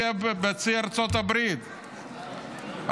בצי ארצות הברית,